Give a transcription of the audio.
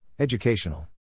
Educational